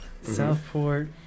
Southport